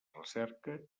recerca